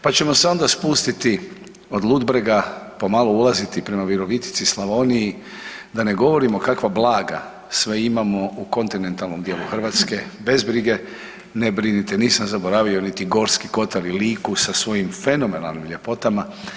Pa ćemo se onda spustiti od Ludbrega pa malo ulaziti prema Virovitici, Slavoniji, da ne govorimo kakva blaga sve imamo u kontinentalnom dijelu Hrvatske bez brige ne brinite nisam zaboravio niti Gorski kotar i Liku sa svojim fenomenalnim ljepotama.